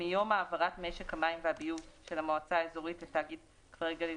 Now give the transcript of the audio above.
מיום העברת משק המים והביוב של המועצה האזורית לתאגיד כפרי גליל